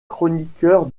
chroniqueur